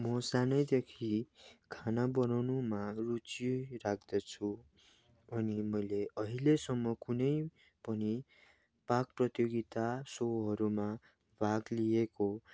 मो सानैदेखि खाना बनाउनुमा रूचि राख्दछु अनि मैले अहिलेसम्म कुनै पनि पाक प्रतियोगिता सोहरूमा भाग लिएको